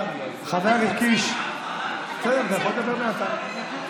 חבר הכנסת קיש, אתה יכול לדבר מהצד.